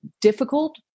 difficult